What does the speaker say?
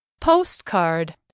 postcard